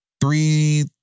three